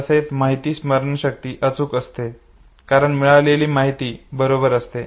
तसेच माहिती स्मरणशक्ती अगदी अचूक असते कारण मिळवलेली माहिती बरोबर असते